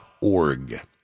org